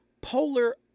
polar